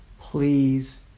Please